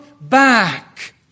back